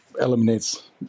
eliminates